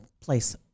place